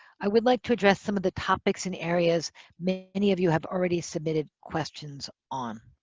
i would like to address some of the topics in areas many of you have already submitted questions on.